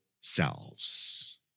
selves